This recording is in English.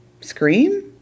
Scream